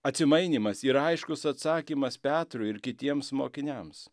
atsimainymas ir aiškus atsakymas petrui ir kitiems mokiniams